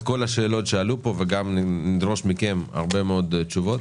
כל השאלות שעלו פה וגם נדרוש מכם הרבה מאוד תשובות.